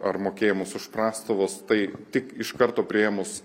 ar mokėjimus už prastovas tai tik iš karto priėmus